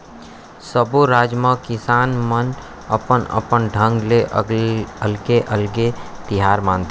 सब्बो राज म किसान मन अपन अपन ढंग ले अलगे अलगे तिहार मनाथे